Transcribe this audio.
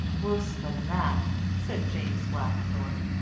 worse than that, said james blackthorne,